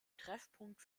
treffpunkt